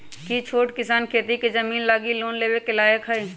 कि छोट किसान खेती के जमीन लागी लोन लेवे के लायक हई?